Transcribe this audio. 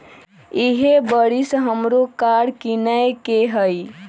इहे बरिस हमरो कार किनए के हइ